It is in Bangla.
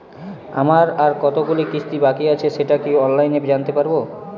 আমার আর কতগুলি কিস্তি বাকী আছে সেটা কি অনলাইনে জানতে পারব?